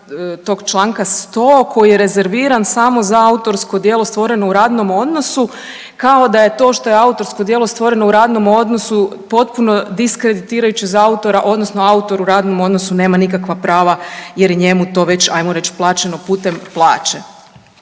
tog članka koji je rezerviran samo za autorsko djelo stvoreno u radnom odnosu, kao da je to autorsko djelo stvoreno u radnom odnosu potpuno diskreditirajuće za autora odnosno autor u radnom odnosu nema nikakva prava jer je njemu ajmo reć to već plaćeno putem plaće.